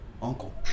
Uncle